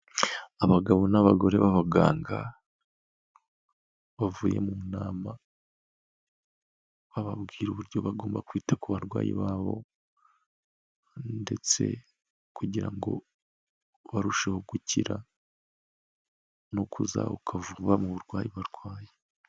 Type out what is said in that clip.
Abagabo n'abagore b'abaganga bavuye mu nama, bababwira uburyo bagomba kwita ku barwayi babo ndetse kugira ngo barusheho gukira no kuzahuka vuba mu burwayi barwaye.